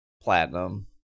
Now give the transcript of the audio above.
Platinum